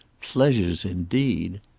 pleasures indeed!